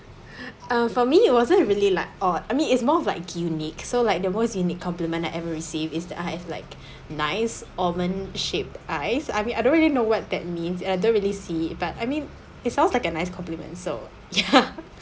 uh for me it wasn't really like or I mean is more of like unique so like the most unique compliment that I ever receive is that I have like nice almond shaped eyes I mean I don't really know what that means and I don't really see it but I mean it sounds like a nice compliment so ya